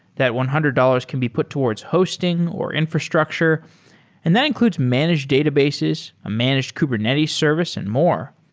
that one hundred dollars can be put towards hosting or infrastructure and that includes managed databases, a managed kubernetes service and more.